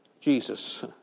Jesus